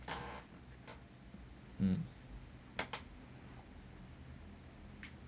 mm